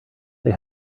they